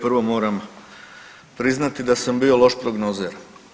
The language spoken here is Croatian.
Prvo moram priznati da sam bio loš prognozer.